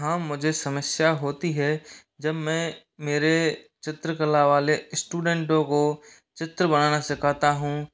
हाँ मुझे समस्या होती है जब मैं मेरे चित्रकला वाले स्टूडें टोंको चित्र बनाना सिखाता हूँ